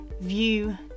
view